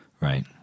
Right